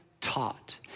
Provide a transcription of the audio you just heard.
taught